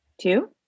two